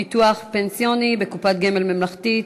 ביטוח פנסיוני בקופת גמל ממלכתית),